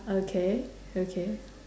okay okay